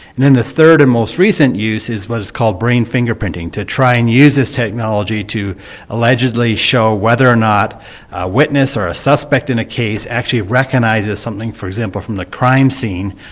and then the third and most recent use is what's called brain finger printing, to try and use this technology to allegedly show whether or not a witness or a suspect in a case actually recognises something, for example from the crime scene,